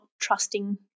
trusting